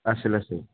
लासै लासै